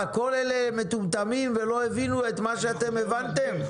כל אלה מטומטמים ולא הבינו את מה שאתם הבנתם?